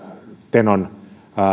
tenon